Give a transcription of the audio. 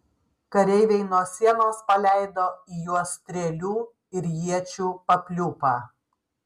kareiviai nuo sienos paleido į juos strėlių ir iečių papliūpą